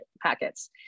packets